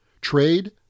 trade